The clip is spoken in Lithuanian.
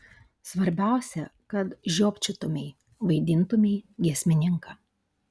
svarbiausia kad žiopčiotumei vaidintumei giesmininką